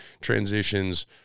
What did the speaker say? transitions